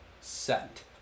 set